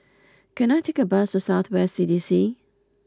can I take a bus to South West C D C